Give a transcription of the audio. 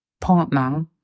partner